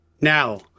now